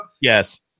Yes